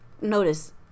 notice